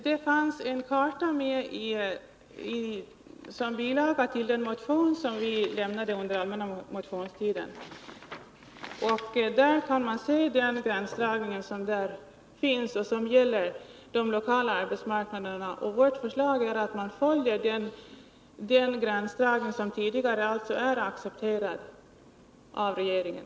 Herr talman! En karta var fogad som bilaga till den motion som vi väckte under allmänna motionstiden. Av kartan framgår vilken gränsdragning som gäller för de lokala arbetsmarknaderna. Vårt förslag är att man följer den gränsdragning som tidigare är accepterad av regeringen.